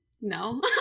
no